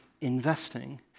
Investing